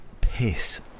piss